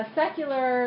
secular